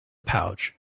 pouch